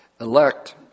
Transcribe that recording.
elect